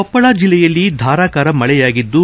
ಕೊಪ್ಪಳ ಜಲ್ಲೆಯಲ್ಲಿ ಧಾರಾಕಾರ ಮಳೆಯಾಗಿದ್ದು